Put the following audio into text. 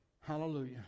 Hallelujah